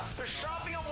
they're shopping